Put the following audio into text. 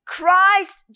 Christ